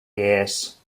years